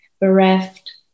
bereft